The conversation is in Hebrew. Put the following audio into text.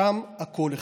שם הכול החל.